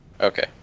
Okay